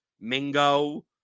Mingo